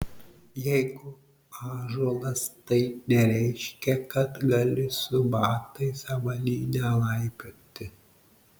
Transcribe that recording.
jeigu ąžuolas tai nereiškia kad gali su batais avalyne laipioti